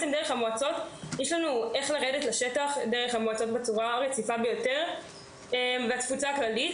דרך המועצות אנחנו יורדים לשטח בצורה רציפה ביותר ובתפוצה כללית.